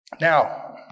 Now